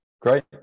Great